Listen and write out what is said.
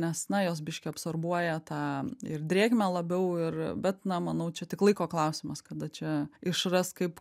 nes na jos biškį absorbuoja tą ir drėgmę labiau ir bet na manau čia tik laiko klausimas kada čia išras kaip